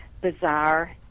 bizarre